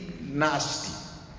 nasty